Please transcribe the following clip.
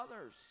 others